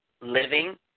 living